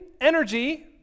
energy